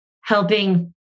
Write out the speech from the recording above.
helping